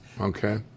Okay